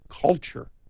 culture